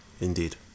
Indeed